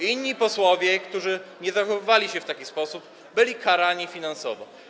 Inni posłowie, którzy nie zachowywali się w taki sposób, byli karani finansowo.